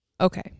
Okay